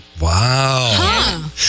Wow